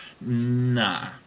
Nah